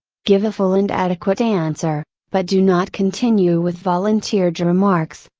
give a full and adequate answer, but do not continue with volunteered remarks,